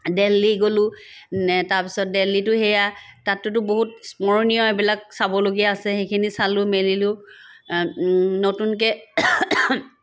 দিল্লী গ'লো তাৰপিছত দিল্লীতো সেয়া তাতোতো বহুত স্মৰণীয় এইবিলাক চাবলগীয়া আছে সেইখিনি চালো মেলিলো নতুনকৈ